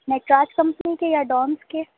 Nataraj company کے یا Doms کے